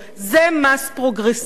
זה מס פרוגרסיבי.